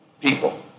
People